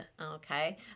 Okay